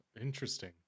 Interesting